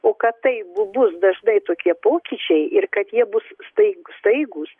o kad taip bus dažnai tokie pokyčiai ir kad jie bus staig staigūs